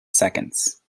seconds